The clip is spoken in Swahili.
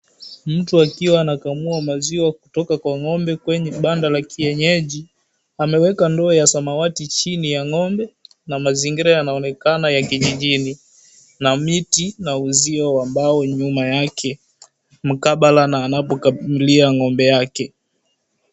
Mtu akiwa anakamua maziwa kutoka kwa ng'ombe kwenye banda la kienyeji, ameweka ndoo ya samawati chini ya ng'ombe na mazingira yanaonekana yakijijini na miti na uzio ambao nyuma yake, mkabala na anapokamulia ng'ombe yake.